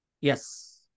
Yes